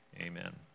Amen